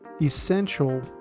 essential